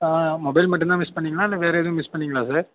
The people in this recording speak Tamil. ஆ மொபைல் மட்டும் தான் மிஸ் பண்ணிங்களா இல்லை வேறு ஏதும் மிஸ் பண்ணிங்களா சார்